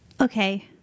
Okay